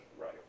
Right